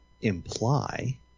imply